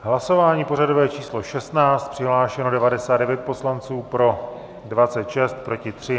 Hlasování pořadové číslo 16, přihlášeno 99 poslanců, pro 26, proti 3.